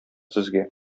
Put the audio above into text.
сезгә